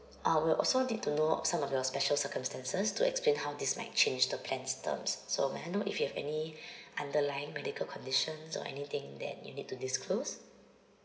uh we'll also need to know some of your special circumstances to explain how this might change the plan's terms so may I know if you have any underline medical conditions or anything that you need to disclose